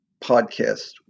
podcast